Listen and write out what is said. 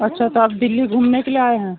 اچھا تو آپ دہلی گھومنے کے لیے آئے ہیں